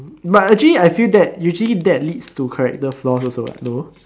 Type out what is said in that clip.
but actually I feel that usually that leads to character flaws what no